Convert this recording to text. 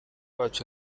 wacu